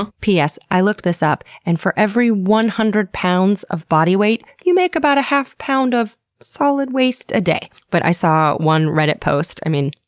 um p s. i looked this up, and for every one hundred pounds of body weight you make about a half pound of solid waste a day. but i saw one reddit post i mean,